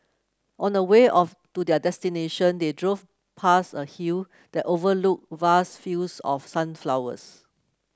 on the way of to their destination they drove past a hill that overlooked vast fields of sunflowers